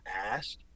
asked